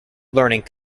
learning